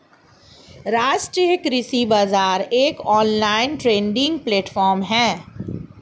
राष्ट्रीय कृषि बाजार एक ऑनलाइन ट्रेडिंग प्लेटफॉर्म है